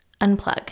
unplug